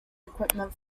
equipment